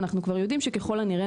אנחנו כבר יודעים שככול הנראה,